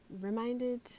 reminded